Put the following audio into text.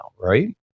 right